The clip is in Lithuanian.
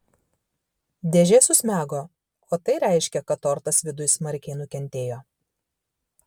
dėžė susmego o tai reiškė kad tortas viduj smarkiai nukentėjo